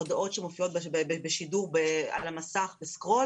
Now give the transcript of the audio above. הודעות שמופיעות בשידור על המסך בסקרול